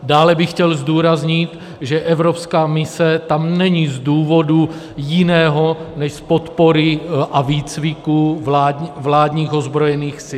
Dále bych chtěl zdůraznit, že evropská mise tam není z důvodu jiného než z podpory a výcviku vládních ozbrojených sil.